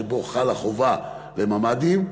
שבה חלה חובה לבנות ממ"דים,